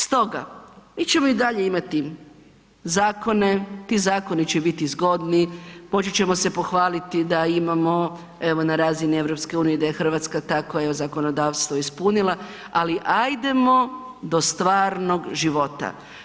Stoga, mi ćemo i dalje imati zakone, to zakoni će biti zgodni, moći ćemo se pohvaliti da imamo evo na razini EU-a da je Hrvatska tako koja je zakonodavstvo ispunila ali ajdemo do stvarnog života.